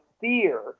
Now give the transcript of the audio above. fear